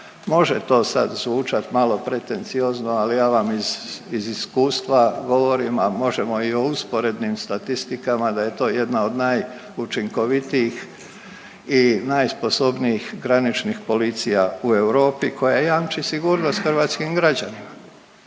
Može to sad zvučati malo pretenciozno, ali ja vam iz iskustva govorim, a možemo i o usporednim statistikama da je to jedna od najučinkovitijih i najsposobnijih graničnih policija u Europi koja jamči sigurnost hrvatskim građanima.